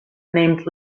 named